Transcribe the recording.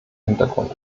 hintergrund